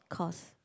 course